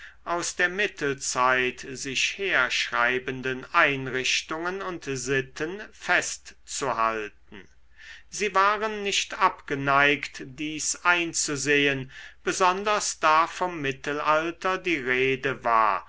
aus der mittelzeit sich herschreibenden einrichtungen und sitten fest zu halten sie waren nicht abgeneigt dies einzusehen besonders da vom mittelalter die rede war